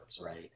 right